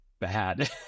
bad